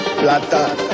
Plata